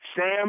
Sam